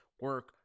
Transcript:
Work